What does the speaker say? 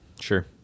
Sure